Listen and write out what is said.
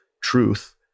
truth